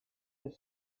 des